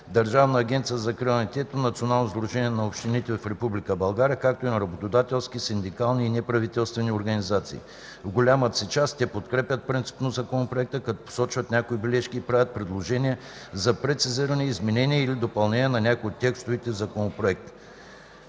Държавна агенция за закрила на детето, Националното сдружение на общините в Република България, както и на работодателски, синдикални и неправителствени организации. В голямата си част те подкрепят принципно Законопроекта, като посочват някои бележки и правят предложения за прецизиране, изменение или допълнение по някои от текстовете на Законопроекта.